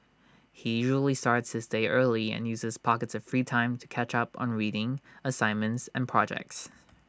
he usually starts his day early and uses pockets of free time to catch up on reading assignments and projects